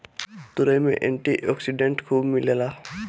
तुरई में antioxidant खूब मिलेला